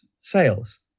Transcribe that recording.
sales